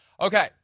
Okay